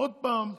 עוד פעם,